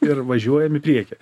ir važiuojam į priekį